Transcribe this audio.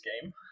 game